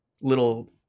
little